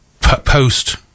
post